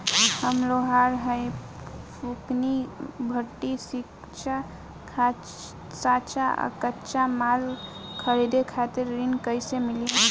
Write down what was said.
हम लोहार हईं फूंकनी भट्ठी सिंकचा सांचा आ कच्चा माल खरीदे खातिर ऋण कइसे मिली?